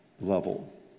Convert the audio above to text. level